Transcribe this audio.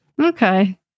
okay